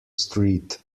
street